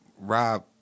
Rob